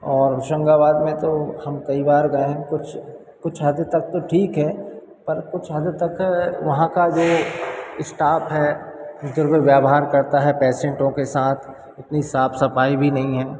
और होशंगाबाद में तो हम कई बार गए हैं कुछ कुछ हद तक तो ठीक है पर कुछ हद तक वहाँ का जो ईस्टाफ है व्यवहार करता है पेशेंटो के साथ उतनी साफ सफाई भी नहीं है